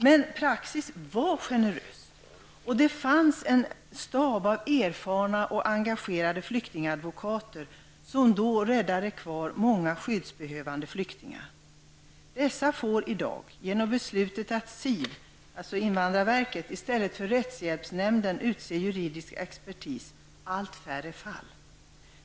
Men praxis var generös, och det fanns en stab av erfarna och engagerade flyktingadvokater, som då räddade kvar många skyddsbehövande flyktingar. De advokaterna får i dag allt färre fall genom beslutet att invandrarverket i stället för rättshjälpsnämnden skall utse juridisk expertis.